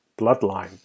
Bloodline